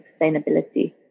sustainability